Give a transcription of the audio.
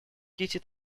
кити